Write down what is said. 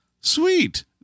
sweet